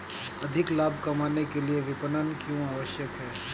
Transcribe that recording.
अधिक लाभ कमाने के लिए विपणन क्यो आवश्यक है?